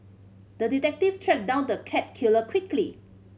the detective tracked down the cat killer quickly